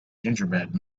gingerbread